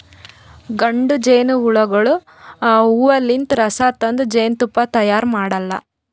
ಗಂಡ ಜೇನಹುಳಗೋಳು ಹೂವಲಿಂತ್ ರಸ ತಂದ್ ಜೇನ್ತುಪ್ಪಾ ತೈಯಾರ್ ಮಾಡಲ್ಲಾ